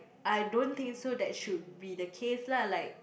I don't think so that should be the case lah like